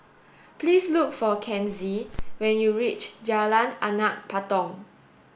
please look for Kenzie when you reach Jalan Anak Patong